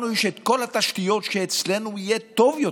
לנו יש את כל התשתיות כדי שאצלנו יהיה טוב יותר.